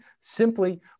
simply